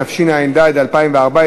התשע"ד 2014,